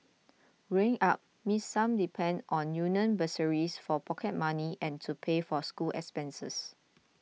growing up Miss Sum depended on union bursaries for pocket money and to pay for school expenses